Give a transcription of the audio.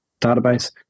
database